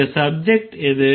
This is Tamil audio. இங்க சப்ஜெக்ட் எது